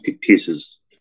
pieces